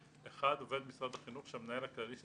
עובד משרד החינוך שהמנהל הכללי של